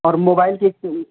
اور موبائل